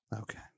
Okay